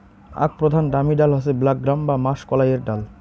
আক প্রধান দামি ডাল হসে ব্ল্যাক গ্রাম বা মাষকলাইর ডাল